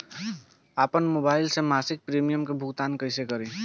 आपन मोबाइल से मसिक प्रिमियम के भुगतान कइसे करि?